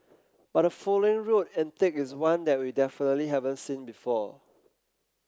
but the following road antic is one that we definitely haven't seen before